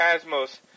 cosmos